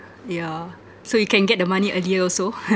yeah so you can get the money earlier also